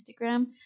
Instagram